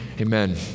amen